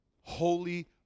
holy